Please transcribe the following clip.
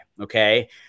Okay